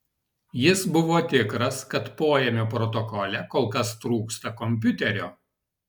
jis buvo tikras kad poėmio protokole kol kas trūksta kompiuterio